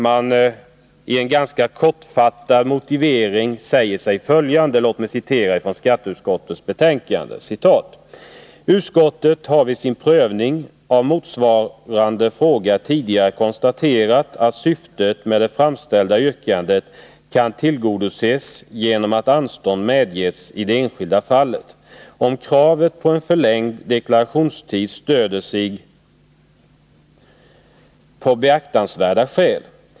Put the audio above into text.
I en ganska kortfattad motivering säger man: ”Utskottet har vid sin prövning av motsvarande fråga tidigare år konstaterat att syftet med det framställda yrkandet kan tillgodoses genom att anstånd medges i det enskilda fallet, om kravet på en förlängd deklarationstid stöder sig på beaktansvärda skäl.